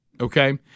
okay